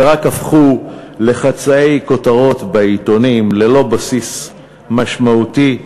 ורק הפכו לחצאי כותרות בעיתונים ללא בסיס משמעותי,